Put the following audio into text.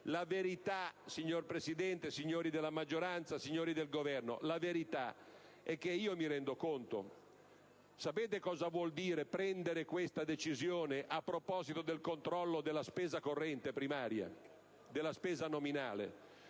La verità, signor Presidente, signori della maggioranza, signori del Governo - me ne rendo conto - è questa: sapete cosa vuol dire prendere questa decisione a proposito del controllo della spesa corrente primaria, della spesa nominale?